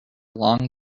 along